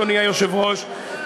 אדוני היושב-ראש,